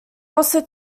also